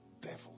devil